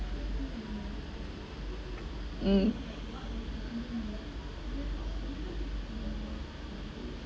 mm